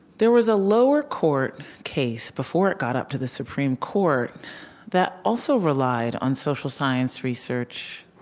there was a lower court case before it got up to the supreme court that also relied on social science research,